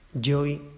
joy